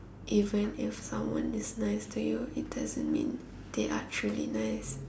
even if someone is nice to you it doesn't mean they are truly nice